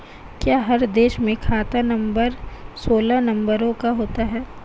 क्या हर देश में खाता नंबर सोलह नंबरों का होता है?